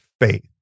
faith